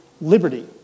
liberty